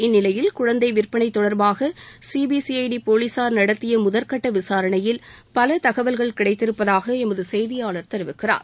இந்நிலையில் குழந்தை விற்பனை தொடர்பாக சிபிசிஐடி போலீஸார் நடத்திய முதற்கட்ட விசாரணையில் பல தகவல்கள் கிடைத்திருப்பதாக எமது செய்தியாளர் தெரிவிக்கிறார்